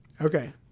Okay